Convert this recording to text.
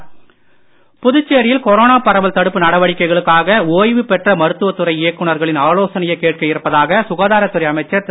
மல்லாடி புதுச்சேரியில் கொரோனா பரவல் தடுப்பு நடவடிக்கைகளுக்காக ஓய்வு பெற்ற மருத்துவத் துறை இயக்குநர்களின் ஆலோசனையை கேட்க இருப்பதாக சுகாதாரத்துறை அமைச்சர் திரு